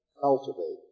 cultivate